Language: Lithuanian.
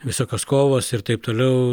visokios kovos ir taip toliau